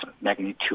magnitude